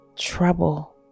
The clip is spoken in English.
trouble